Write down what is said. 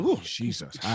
Jesus